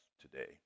today